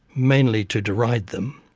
mainly to deride them,